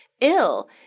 ill